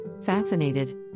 Fascinated